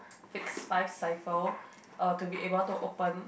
fix five cipher uh to be able to open